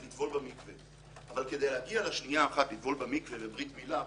זה לטבול במקווה אבל כדי להגיע לשנייה אחת לטבול במקווה או לברית מילה,